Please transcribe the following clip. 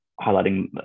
highlighting